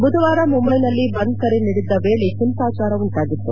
ಬುಧವಾರ ಮುಂಬೈನಲ್ಲಿ ಬಂದ್ ಕರೆ ನೀಡಿದ್ದ ವೇಳೆ ಒಂಸಾಜಾರ ಉಂಟಾಗಿತ್ತು